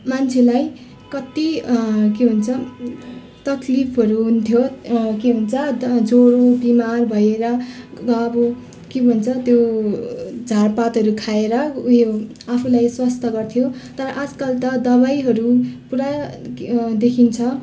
मान्छेलाई कति के भन्छ तकलिफहरू हुन्थ्यो के भन्छ जोरो बिमार भएर अब के भन्छ त्यो झारपातहरू खाएर उयो आफूलाई स्वस्थ्य गर्थ्यो तर आजकाल त दबाईहरू पुरा देखिन्छ